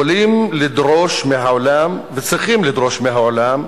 יכולים לדרוש מהעולם, וצריכים לדרוש מהעולם,